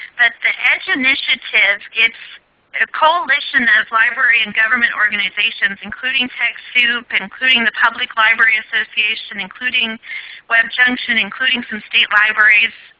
but the edge initiative, it's a coalition of library and government organizations including techsoup, and including the public library association, including web junction, including some state libraries.